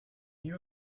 you